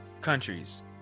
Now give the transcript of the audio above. countries